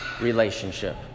relationship